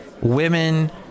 Women